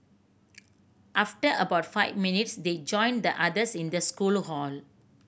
after about five minutes they joined the others in the school hall